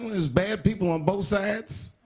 there's bad people on both sides.